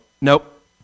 Nope